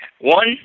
One